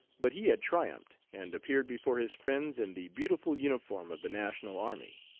but he had triumphed, and appeared before his friends in the beautiful uniform of the national army.